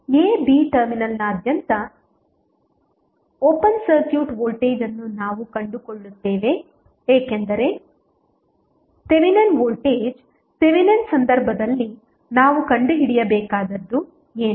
a b ಟರ್ಮಿನಲ್ನಾದ್ಯಂತ open circuit voltage ಅನ್ನು ನಾವು ಕಂಡುಕೊಳ್ಳುತ್ತೇವೆ ಏಕೆಂದರೆ ಥೆವೆನಿನ್ ವೋಲ್ಟೇಜ್ ಥೆವೆನಿನ್ ಸಂದರ್ಭದಲ್ಲಿ ನಾವು ಕಂಡುಹಿಡಿಯಬೇಕಾದದ್ದು ಏನು